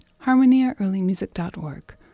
harmoniaearlymusic.org